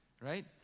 right